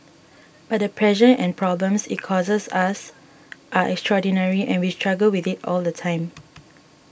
but the pressure and problems it causes us are extraordinary and we struggle with it all the time